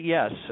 Yes